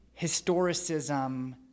historicism